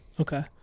okay